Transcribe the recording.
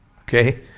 Okay